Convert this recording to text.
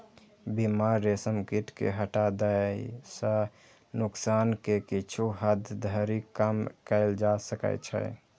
बीमार रेशम कीट कें हटा दै सं नोकसान कें किछु हद धरि कम कैल जा सकै छै